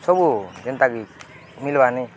ସବୁ ଯେନ୍ତାକି ମିଲ୍ବାନି